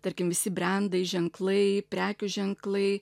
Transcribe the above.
tarkim visi brendai ženklai prekių ženklai